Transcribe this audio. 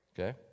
Okay